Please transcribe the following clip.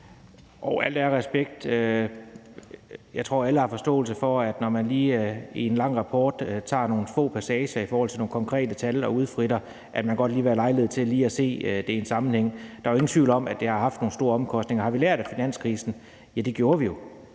vil jeg sige, at jeg tror, alle har forståelse for, at man, når nogen i en lang rapport lige tager nogle få passager i forhold til nogle konkrete tal og udfritter en, godt lige vil have lejlighed til at se det i en sammenhæng. Der er jo ingen tvivl om, at det har haft nogle store omkostninger. Har vi lært af finanskrisen? Ja, det gjorde vi jo.